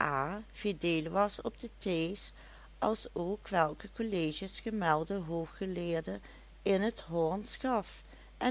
a fideel was op de thé's als ook welke colleges gemelde hooggeleerde in t hollandsch gaf en